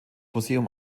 museum